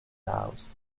house